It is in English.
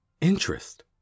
Interest